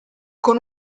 con